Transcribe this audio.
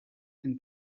and